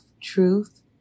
truth